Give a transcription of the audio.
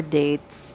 dates